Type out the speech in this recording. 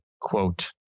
quote